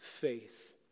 faith